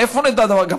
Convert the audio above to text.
מאיפה נדע דבר כזה?